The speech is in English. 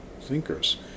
thinkers